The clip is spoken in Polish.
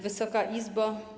Wysoka Izbo!